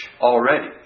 already